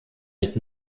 mit